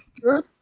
Good